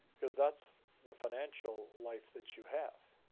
because that's the financial life that you have.